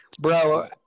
bro